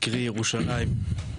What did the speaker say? קרי ירושלים,